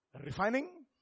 Refining